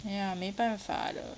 ya 没办法的